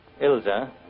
Ilza